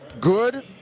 good